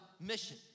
mission